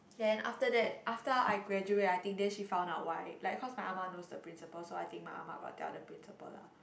ya then after that after I graduate I think then she found out why like because my ah ma knows the principal so I think my ah ma got tell the principal lah